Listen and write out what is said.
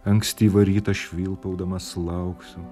ankstyvą rytą švilpaudamas lauksiu